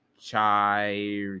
chai